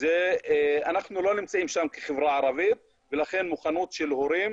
אנחנו כחברה ערבית לא נמצאים שם ולכן מוכנות של הורים